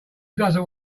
doesn’t